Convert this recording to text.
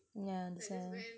yeah that's why